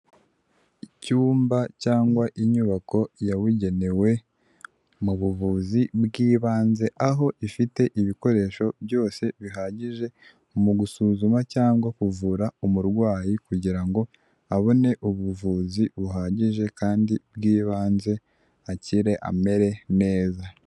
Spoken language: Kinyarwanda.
Icyumba cyangwa inyubako yabugenewe mu buvuzi bw'ibanze aho ifite ibikoresho byose bihagije mu gusuzuma cyangwa kuvura umurwayi kugira ngo abone ubuvuzi buhagije kandi bw'ibanze akire amere neza.